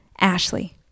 Ashley